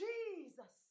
Jesus